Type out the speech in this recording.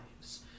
lives